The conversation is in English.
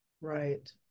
Right